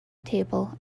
table